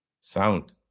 Sound